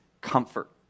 comfort